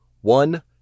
One